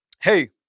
Hey